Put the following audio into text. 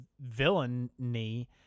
villainy